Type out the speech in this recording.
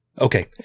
Okay